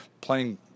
playing